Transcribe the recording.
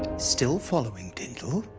still following, tindall?